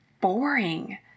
boring